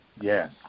Yes